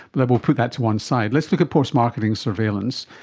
but we'll put that to one side. let's look at post-marketing surveillance.